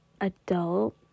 adult